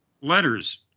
letters